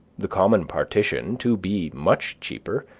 the common partition, to be much cheaper,